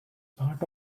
part